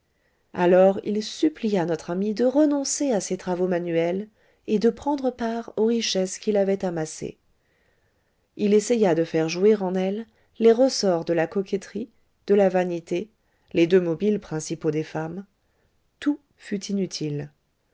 alors il supplia notre amie de renoncer à ses travaux manuels et de prendre part aux richesses qu'il avait amassées il essaya de faire jouer en elle les ressorts de la coquetterie de la vanité les deux mobiles principaux des femmes tout fut inutile